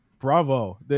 Bravo